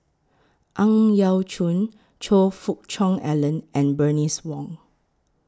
Ang Yau Choon Choe Fook Cheong Alan and Bernice Wong